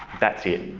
that's it.